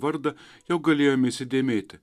vardą jau galėjome įsidėmėti